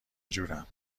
جورم